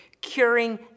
curing